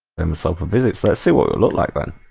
himself a busy says he will will not like but